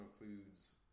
includes